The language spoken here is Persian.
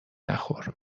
نخور